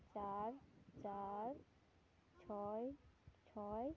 ᱪᱟᱨ ᱪᱟᱨ ᱪᱷᱚᱭ ᱪᱷᱚᱭ